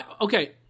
Okay